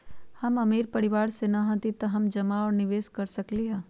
हम अमीर परिवार से न हती त का हम जमा और निवेस कर सकली ह?